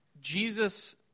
Jesus